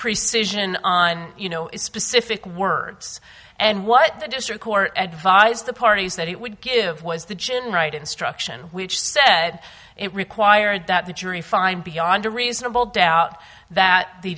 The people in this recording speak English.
precision on you know it specific words and what the district court advised the parties that it would give was the gin right instruction which said it required that the jury find beyond a reasonable doubt that the